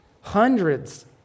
Hundreds